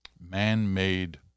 man-made